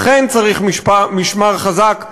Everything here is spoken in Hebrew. לכן צריך משמר חזק לבתי-המשפט,